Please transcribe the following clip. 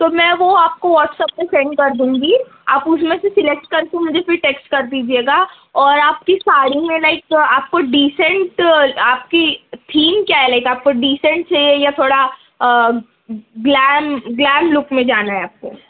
تو میں وہ آپ کو واٹس ایپ پہ سینڈ کر دوں گی آپ اس میں سے سلیکٹ کر کے مجھے پھر ٹیکسٹ کر دیجیے گا اور آپ کی ساڑی میں لائیک آپ کو ڈیسنٹ آپ کی تھیم کیا ہے لائیک آپ کو ڈیسنٹ سے یا تھوڑا گلیم گلیم لک میں جانا ہے آپ کو